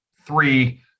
three